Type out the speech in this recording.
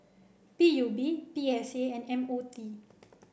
B U B B S A and M O D